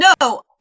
no